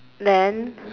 then